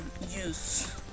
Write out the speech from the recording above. use